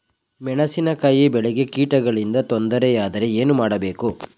ಮೆಣಸಿನಕಾಯಿ ಬೆಳೆಗೆ ಕೀಟಗಳಿಂದ ತೊಂದರೆ ಯಾದರೆ ಏನು ಮಾಡಬೇಕು?